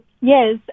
Yes